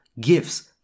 gifts